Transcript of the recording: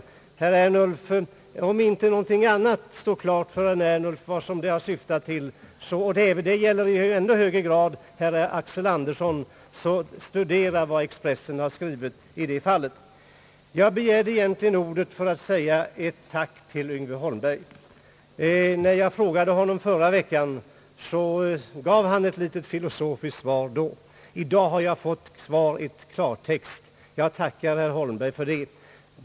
Herr Ernulf! Om inte något annat kan klargöra för herr Ernulf vart vi syftar — detta gäller i än högre grad herr Axel Andersson — så studera vad Expressen har skrivit i det fallet! Jag begärde egentligen ordet för att uttala ett tack till herr Yngve Holmberg. När jag frågade honom förra veckan, gav han ett något filosofiskt svar. I dag har jag fått svar i klartext. Jag tackar herr Holmberg för det.